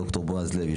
ד"ר בעז לב,